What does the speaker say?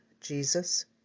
Jesus